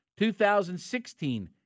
2016